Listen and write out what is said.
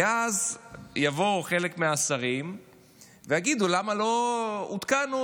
כי אז יבואו חלק מהשרים ויגידו: למה לא עודכנו?